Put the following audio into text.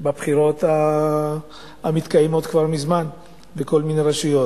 בבחירות המתקיימות כבר מזמן בכל מיני רשויות.